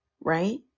right